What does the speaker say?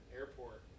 airport